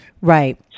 Right